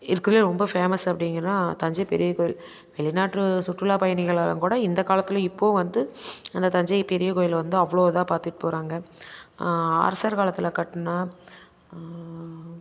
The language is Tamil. இருக்கறதில் ரொம்ப ஃபேமஸ் அப்படின்னு சொன்னால் தஞ்சை பெரிய கோவில் வெளிநாட்டு சுற்றுலாப்பயணிகள் எல்லாம் கூட இந்தக்காலத்தில் இப்போவும் வந்து அந்த தஞ்சை பெரிய கோயில வந்து அவ்வளோ இதாக பார்த்துட்டு போகிறாங்க அரசர் காலத்தில் கட்டின